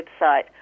website